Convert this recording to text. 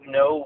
no